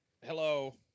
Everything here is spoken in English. Hello